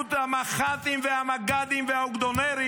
ומנהיגות המח"טים והמג"דים והאוגדונרים,